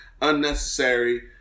unnecessary